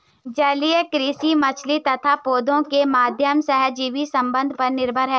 जलीय कृषि मछली तथा पौधों के माध्यम सहजीवी संबंध पर निर्भर है